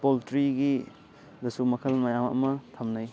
ꯄꯣꯜꯇ꯭ꯔꯤꯒꯤꯗꯁꯨ ꯃꯈꯜ ꯃꯌꯥꯝ ꯑꯃ ꯊꯝꯅꯩ